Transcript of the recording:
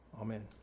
Amen